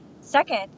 Second